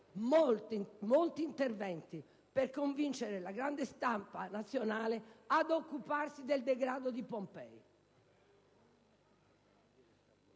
molti interventi per convincere la grande stampa nazionale ad occuparsi del degrado di Pompei.